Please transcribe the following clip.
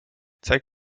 zeige